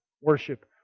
worship